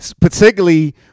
particularly